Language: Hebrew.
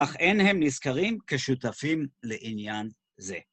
אך אין הם נזכרים כשותפים לעניין זה.